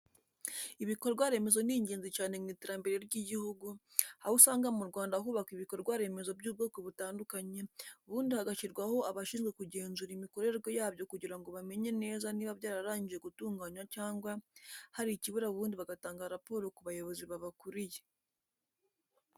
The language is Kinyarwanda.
Ibikorwa remezo ni ingenzi cyane mu iterambere ry'igihugu, aho usanga mu Rwanda hubakwa ibikorwa remezo by'ubwoko butandukanye ubundi hagashyirwaho abashinzwe kugenzura imikorerwe yabyo kugira ngo bamenye neza niba byararangije gutunganwa cyangwa hari ikibura ubundi bagatanga raporo ku bayobozi babakuriye.